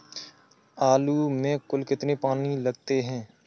आलू में कुल कितने पानी लगते हैं?